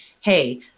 Hey